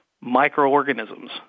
microorganisms